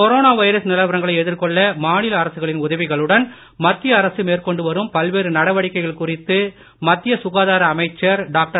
corona virus நிலவரங்களை எதிர்கொள்ள மாநில அரசுகளின் உதவிகளுடன் மத்திய அரசு மேற்கொண்டு வரும் பல்வேறு நடவடிக்கைகள் குறித்து மத்திய சுகாதார அமைச்சர் டாக்டர்